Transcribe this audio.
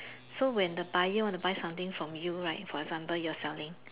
so when the buyer want to buy something from you right for example you are selling